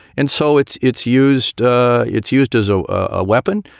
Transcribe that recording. and so it's it's used it's used as a ah weapon.